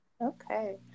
Okay